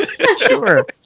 sure